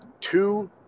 two